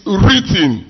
written